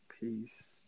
peace